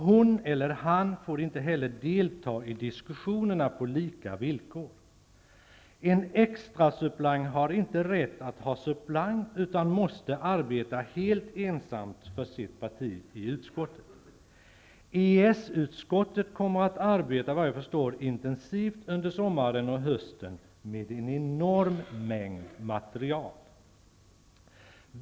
Hon eller han får inte heller delta i diskussionerna på lika villkor. En extrasuppleant har inte rätt att ha suppleant utan måste arbeta helt ensam för sitt parti i utskottet. EES-utskottet kommer, vad jag förstår, att arbeta intensivt under sommaren och hösten med en enorm mängd material.